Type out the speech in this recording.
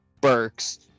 Burks